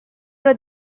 era